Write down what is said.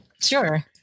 Sure